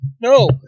No